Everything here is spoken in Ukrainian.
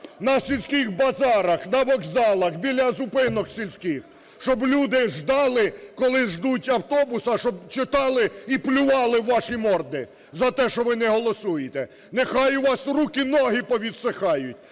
на сільських базарах. На вокзалах, біля зупинок сільських, щоб люди, коли ждуть автобуса, щоб читали і плювали в ваші морди за те, що ви не голосуєте. Нехай у вас руки і ноги повідсихають